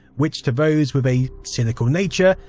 which to those with a synical nature,